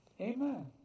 Amen